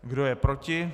Kdo je proti?